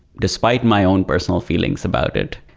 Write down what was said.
despite my own personal feelings about it,